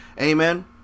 Amen